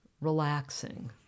relaxing